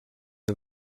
the